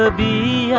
ah be